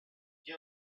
and